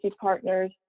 partners